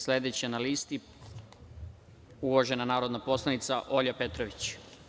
Sledeća na listi je uvažena narodna poslanica Olja Petrović.